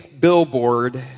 billboard